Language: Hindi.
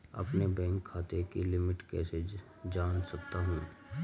अपने बैंक खाते की लिमिट कैसे जान सकता हूं?